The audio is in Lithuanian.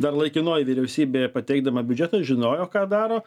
dar laikinoji vyriausybė pateikdama biudžetą žinojo ką daro